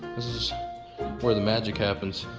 this is where the magic happens.